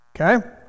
Okay